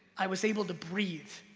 i was able to breathe.